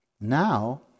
Now